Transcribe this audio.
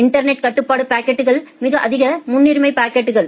internet கட்டுப்பாட்டு பாக்கெட்கள் மிக அதிக முன்னுரிமை பாக்கெட்கள்